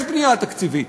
יש בנייה תקציבית